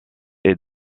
est